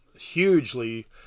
hugely